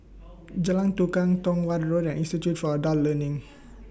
Jalan Tukang Tong Watt Road and Institute For Adult Learning